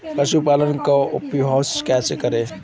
पशुपालन का व्यवसाय कैसे करें?